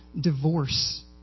divorce